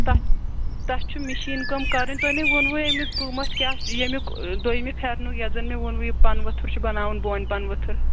تَتھ تَتھ چھُ مِشیٖن کٲم کَرٕنۍ تۄہہِ نےَ ووٚنوٕ اَمیُک قۭمَتھ کیٛاہ چھُ ییٚمیُک دوٚیمہِ پھیرنُک یَتھ زَن مےٚ ووٚنوٕ یہِ پَنہٕ ؤتھر چھُ بَناوُن بونہِ پَنہٕ ؤتھر